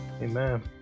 amen